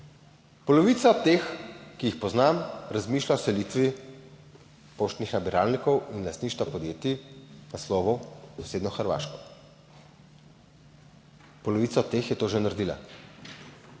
Polovica od teh, ki jih poznam, razmišlja o selitvi poštnih nabiralnikov in lastništva podjetij in naslova v sosednjo Hrvaško. Polovica teh je to že naredilo.